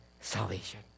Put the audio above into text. salvation